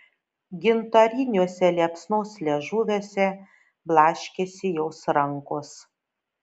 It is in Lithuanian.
gintariniuose liepsnos liežuviuose blaškėsi jos rankos